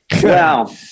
wow